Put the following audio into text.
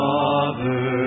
Father